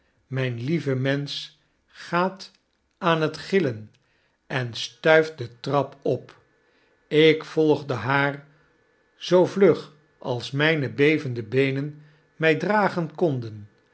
myn lieve mensch gaat aan het gillen en stuift de trap op ik volgde haar zoo vlug als mijne bevende beenen my dragen konden